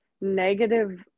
negative